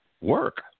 work